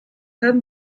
haben